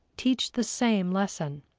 teach the same lesson.